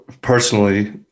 personally